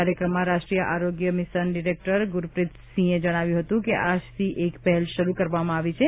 કાર્યક્રમમાં રાષ્ટ્રીય આરોગ્ય મિસન ડિરેક્ટર ગુરપ્રીતસિંહ એ જણાવ્યું હતું કે આજથી એક પહેલ શરૂ કરવામાં આવી છે